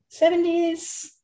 70s